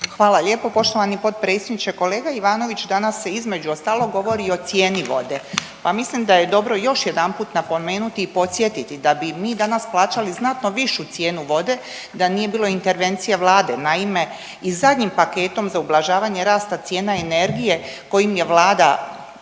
Hvala lijepo poštovani potpredsjedniče. Kolega Ivanović danas se između ostalog govori i o cijeni vode, pa mislim da je dobro još jedanput napomenuti i podsjetiti da bi mi danas plaćali znatno višu cijenu vode da nije bilo intervencije Vlade. Naime i zadnjim paketom za ublažavanje rasta cijena energije kojim je Vlada